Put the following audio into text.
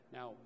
Now